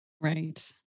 Right